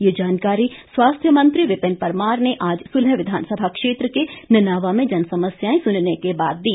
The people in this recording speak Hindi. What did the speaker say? यह जानकारी स्वास्थ्य मंत्री विपिन परमार ने आज सुलह विधानसभा क्षेत्र के ननावा में जनसमस्याएं सुनने के बाद दी